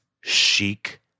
chic